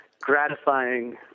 gratifying